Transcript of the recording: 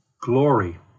glory